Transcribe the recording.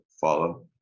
follow